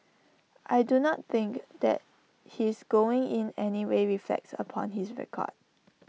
I do not think that his going in anyway reflects upon his record